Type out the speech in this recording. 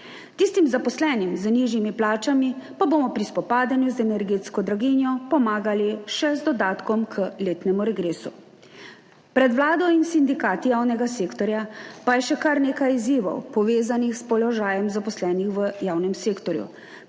Tistim zaposlenim z nižjimi plačami pa bomo pri spopadanju z energetsko draginjo pomagali še z dodatkom k letnemu regresu. Pred vlado in sindikati javnega sektorja pa je še kar nekaj izzivov, povezanih s položajem zaposlenih v javnem sektorju,